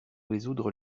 résoudre